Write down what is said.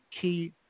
key